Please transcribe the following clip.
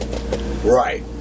Right